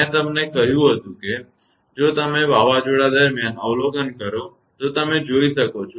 મેં તમને કહ્યું હતું જો તમે વાવાઝોડા દરમિયાન અવલોકન કરો તો તમે જોઈ શકો છો